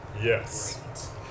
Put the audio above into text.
Yes